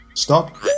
Stop